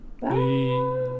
Bye